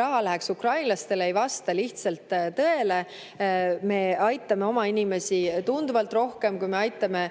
raha läheks ukrainlastele, ei vasta lihtsalt tõele. Me aitame oma inimesi tunduvalt rohkem, kui me aitame